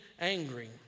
angry